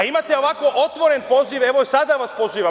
Imate ovako otvoren poziv, evo sada vas pozivam.